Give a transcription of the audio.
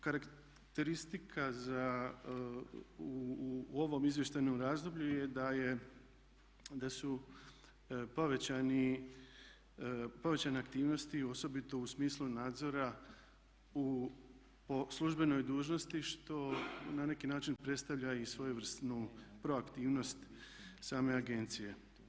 Karakteristika u ovom izvještajnom razdoblju je da su povećane aktivnosti osobito u smislu nadzora po službenoj dužnosti što na neki način predstavlja i svojevrsnu proaktivnost same agencije.